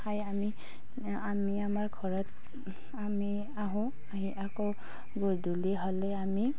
খাই আমি আমি আমাৰ ঘৰত আমি আহোঁ আহি আকৌ গধূলি হ'লে আমি